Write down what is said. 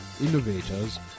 innovators